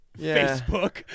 Facebook –